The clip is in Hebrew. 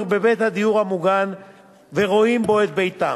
בבית הדיור המוגן ורואים בו את ביתם.